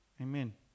Amen